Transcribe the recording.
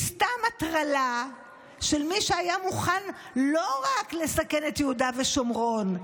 היא סתם הטרלה של מי שהיה מוכן לא רק לסכן את יהודה ושומרון,